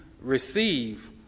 receive